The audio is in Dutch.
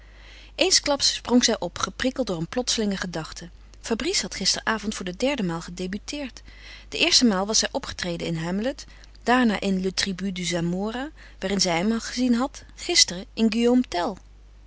eensklaps sprong zij op geprikkeld door een plotselinge gedachte fabrice had gisteravond voor de derde maal gedebuteerd de eerste maal was hij opgetreden in hamlet daarna in le tribut de zamora waarin zij hem gezien had gisteren in guillaume tell